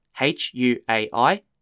H-U-A-I